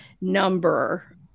number